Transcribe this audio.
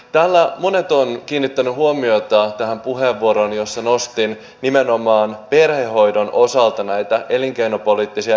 täällä monet ovat kiinnittäneet huomiota tähän puheenvuoroon jossa nostin nimenomaan perhehoidon osalta näitä elinkeinopoliittisia intressejä